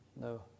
no